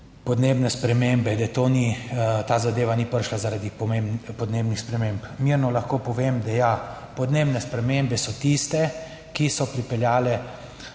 podnebne spremembe, ta zadeva ni prišla zaradi podnebnih sprememb. Mirno lahko povem, da ja, podnebne spremembe so tiste, ki so pripeljale